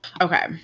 Okay